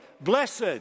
Blessed